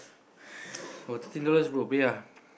oh thirteen dollars bro pay ah